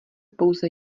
pouze